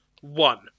one